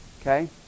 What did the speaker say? Okay